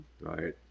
right